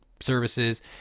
services